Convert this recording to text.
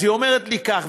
היא אמרה לי כך,